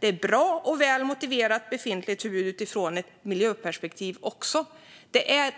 Det är bra och välmotiverat utifrån ett miljöperspektiv också. Det är